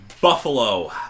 Buffalo